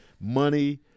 money